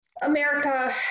America